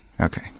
Okay